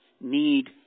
need